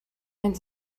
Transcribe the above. and